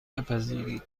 بپذیرید